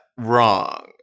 wrong